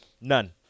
None